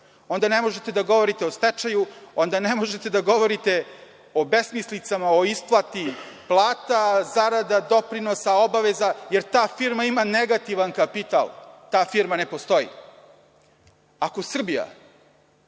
onda ne možete da govorite o stečaju, onda ne možete da govorite o besmislicama, o isplati plata, zarada, doprinosa, obaveza, jer ta firma ima negativan kapital. Ta firma ne postoji. Ako Srbija